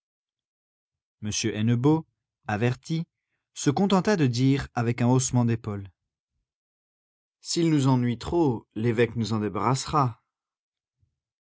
hennebeau averti se contenta de dire avec un haussement d'épaules s'il nous ennuie trop l'évêque nous en débarrassera